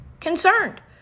concerned